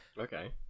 Okay